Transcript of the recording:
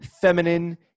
feminine